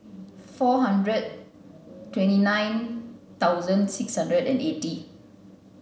four hundred twenty nine thousand six hundred and eighty